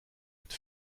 het